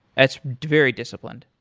that's very disciplined.